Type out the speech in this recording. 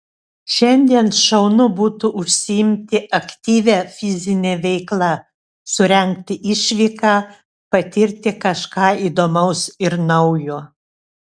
šiandien šaunu būtų užsiimti aktyvia fizine veikla surengti išvyką patirti kažką įdomaus ir naujo